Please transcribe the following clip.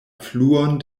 fluon